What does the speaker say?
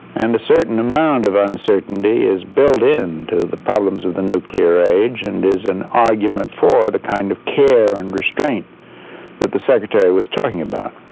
and a certain amount of uncertainty is built into the problems of the nuclear age and is an argument for the kind of care and restraint that the secretary was talking about.